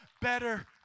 better